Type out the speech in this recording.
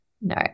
No